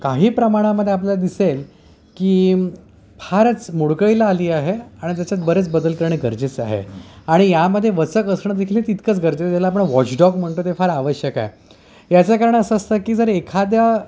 काही प्रमाणामध्ये आपल्याला दिसेल की फारच मोडकळीला आली आहे आणि त्याच्यात बरेच बदल करणे गरजेचं आहे आणि यामध्ये वचक असणं देखील हे तितकचं गरजेचं त्याला आपण वॉचडॉग म्हणतो ते फार आवश्यक आहे याचं कारण असं असतं की जर एखाद्या